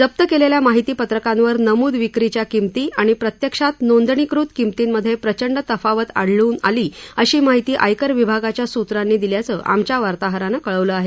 जप्त केलेल्या माहितीपत्रकांवर नमूद विक्रीच्या किमती आणि प्रत्यक्षात नोंदणीकृत किमतींमध्ये प्रचंड तफावत आढळून आली अशी माहिती आयकर विभागाच्या सूत्रांनी दिल्याचं आमच्या वार्ताहरानं कळवलं आहे